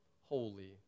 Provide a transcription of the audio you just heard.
holy